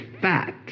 fat